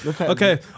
Okay